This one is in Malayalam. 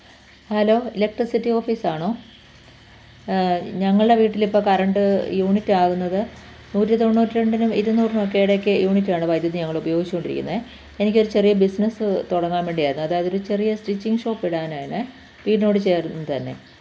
ഹലോ ഇലക്ട്രസിറ്റി ഓഫീസ് ആണോ ഞങ്ങളുടെ വീട്ടിൽ ഇപ്പോൾ കറന്റ് യൂണിറ്റ് ആകുന്നത് നൂറ്റി തൊണ്ണൂറ്റി രണ്ടിനും ഇരുനൂറിനും ഒക്കെ ഇടയ്ക്ക് യൂണിറ്റ് ആണ് വൈദ്യുതി ഞങ്ങൾ ഉപയോഗിച്ചു കൊണ്ടിരിക്കുന്നത് എനിക്ക് ഒരു ചെറിയ ബിസിനസ്സ് തുടങ്ങാൻ വേണ്ടിയായിരുന്നു അതായത് ഒരു ചെറിയ സ്റ്റിച്ചിംഗ് ഷോപ്പ് ഇടാനാണ് വീടിനോട് ചേര്ന്നു തന്നെ